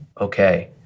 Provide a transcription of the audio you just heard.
okay